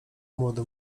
młody